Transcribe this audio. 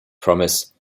promise